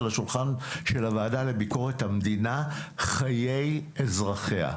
שולחן הוועדה לביקורת המדינה חיי אזרחיה.